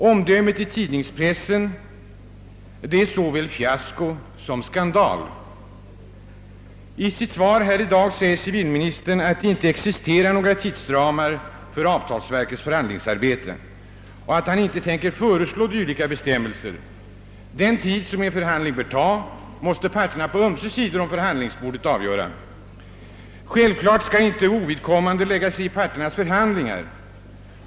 Omdömet i pressen är såväl »fiasko» som »skandal». Statsrådet säger i sitt svar att varken instruktionen för statens avtalsverk eller något annat Kungl. Maj:ts beslut innehåller bestämmelser om tidsramar för avtalsverkets förhandlingsarbete och att han inte heller avser att föreslå att några sådana bestämmelser meddelas. Den tid som en förhandling bör ta måste parterna på ömse sidor om förhandlingsbordet avgöra. Självklart skall inte utomstående lägga sig i parternas förhandlingar.